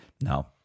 No